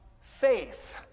faith